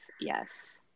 Yes